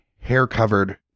hair-covered